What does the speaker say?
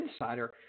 Insider